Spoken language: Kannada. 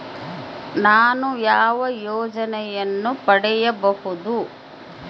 ನಾನು ಯಾವ ಯೋಜನೆಯನ್ನು ಪಡೆಯಬಹುದು?